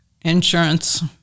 insurance